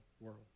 world